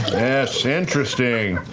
yes, interesting.